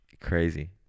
Crazy